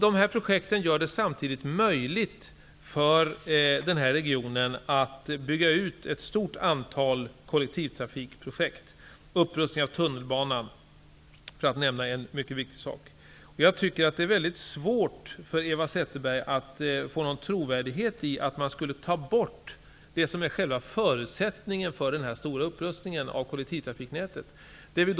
De här projekten gör det samtidigt möjligt för den här regionen att genomföra ett stort antal kollektivtrafikprojekt, t.ex. upprustning av tunnelbanan, för att nämna en mycket viktig sak. Det är väldigt svårt för Eva Zetterberg att ge någon trovärdighet åt tanken att själva förutsättningen för denna stora upprustning av kollektivtrafiknätet skulle kunna tas bort.